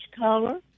color